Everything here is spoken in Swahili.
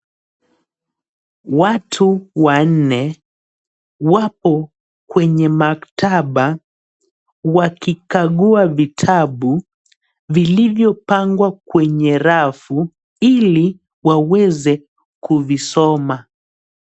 Watu wanne wapo kwenye maktaba wakikagua vitabu vilivyopangwa kwenye rafu ili waweze kuvisoma.